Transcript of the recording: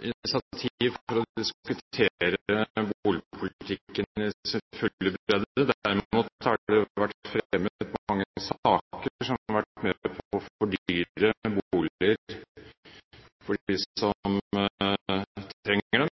initiativ for å diskutere boligpolitikken i sin fulle bredde. Derimot har det vært fremmet mange saker som har vært med på å fordyre boliger for dem som trenger